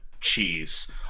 cheese